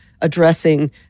addressing